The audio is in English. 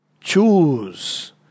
Choose